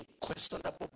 questionable